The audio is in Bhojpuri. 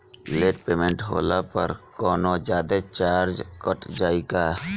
लेट पेमेंट होला पर कौनोजादे चार्ज कट जायी का?